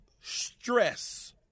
stress